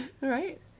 Right